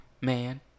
Man